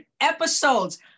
episodes